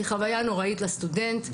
היא חוויה נוראית לסטודנט,